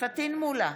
פטין מולא,